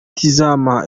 tizama